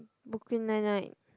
Brooklyn-Nine-Nine